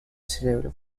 cerebro